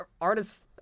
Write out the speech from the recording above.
artists